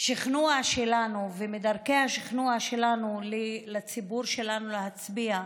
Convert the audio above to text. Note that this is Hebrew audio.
חלק מדרכי השכנוע שלנו להצביע,